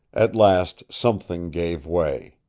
at last something gave way.